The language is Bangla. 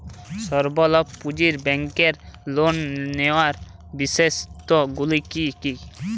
স্বল্প পুঁজির ব্যাংকের লোন নেওয়ার বিশেষত্বগুলি কী কী?